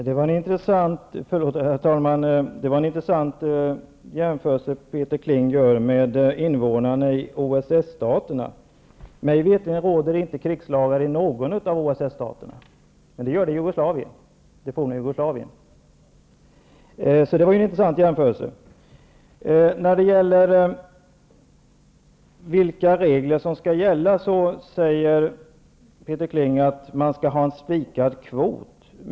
Herr talman! Det var en intressant jämförelse som Peter Kling gjorde med invånarna i OSS-staterna. Mig veterligt råder det inte krigstillstånd i någon av OSS-staterna, men det gör det i det forna Beträffande de regler som skall gälla sade Peter Kling att man skall ha en spikad kvot.